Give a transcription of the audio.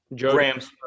Rams